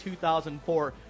2004